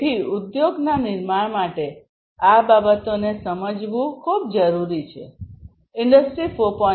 તેથી ઉદ્યોગના નિર્માણ માટે આ બાબતોને સમજવું ખૂબ જરૂરી છે ઇન્ડસ્ટ્રી 4